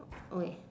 okay